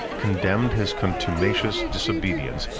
condemned his contumacious disobedience,